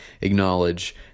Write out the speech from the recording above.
acknowledge